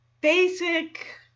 basic